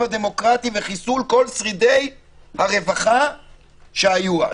הדמוקרטי וחיסול כל שרידי הרווחה שהיו אז.